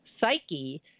psyche